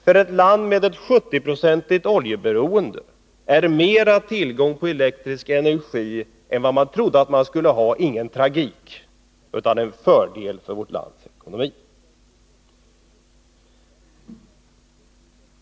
För ett land med 70-procentigt oljeberoende är mera tillgång på elektrisk energi än man trodde att man skulle ha ingen tragik — det är en fördel för vårt lands ekonomi.